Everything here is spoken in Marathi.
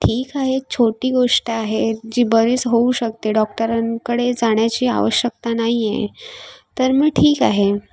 ठीक आहे छोटी गोष्ट आहे जी बरीच होऊ शकते डॉक्टरां कडे जाण्याची आवश्यकता नाही आहे तर मग ठीक आहे